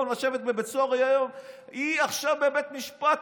במקום לשבת בבית סוהר היום היא עכשיו בבית משפט,